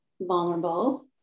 vulnerable